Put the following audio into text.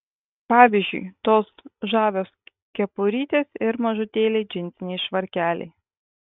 pavyzdžiui tos žavios kepurytės ir mažutėliai džinsiniai švarkeliai